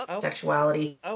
sexuality